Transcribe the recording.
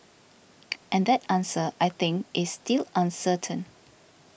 and that answer I think is till uncertain